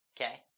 Okay